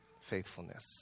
faithfulness